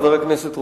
חבר הכנסת רותם,